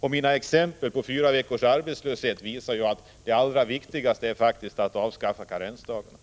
Och mina exempel när det gäller fyra veckors arbetslöshet visar att det allra viktigaste faktiskt är att avskaffa karensdagarna.